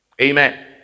Amen